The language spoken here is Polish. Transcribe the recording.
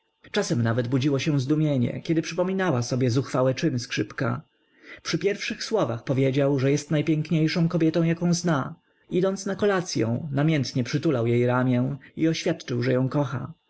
czasem nawet budziło się zdumienie kiedy przypominała sobie zuchwałe czyny skrzypka przy pierwszych słowach powiedział że jest najpiękniejszą kobietą jaką zna idąc na kolacyą namiętnie przytulał jej ramię i oświadczył że ją kocha